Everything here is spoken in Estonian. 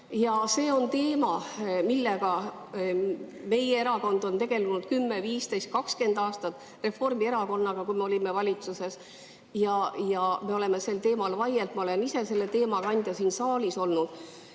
See on teema, millega meie erakond on tegelenud 10, 15, 20 aastat, koos Reformierakonnaga, kui me olime valitsuses. Me oleme sel teemal vaielnud, ma olen ise selle teema kandja siin saalis olnud.